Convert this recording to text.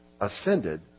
ascended